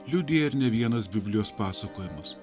liudija ir ne vienas biblijos pasakojimas